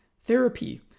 therapy